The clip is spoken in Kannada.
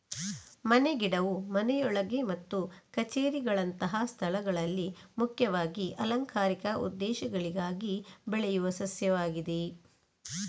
ಮನೆ ಗಿಡವು ಮನೆಯೊಳಗೆ ಮತ್ತು ಕಛೇರಿಗಳಂತಹ ಸ್ಥಳಗಳಲ್ಲಿ ಮುಖ್ಯವಾಗಿ ಅಲಂಕಾರಿಕ ಉದ್ದೇಶಗಳಿಗಾಗಿ ಬೆಳೆಯುವ ಸಸ್ಯವಾಗಿದೆ